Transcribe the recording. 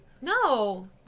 No